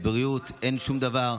בריאות אין שום דבר,